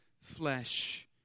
flesh